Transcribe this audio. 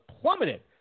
plummeted